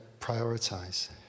prioritize